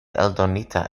eldonita